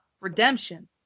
Redemption